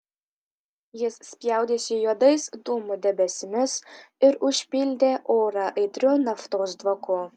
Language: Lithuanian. jis spjaudėsi juodais dūmų debesimis ir užpildė orą aitriu naftos dvoku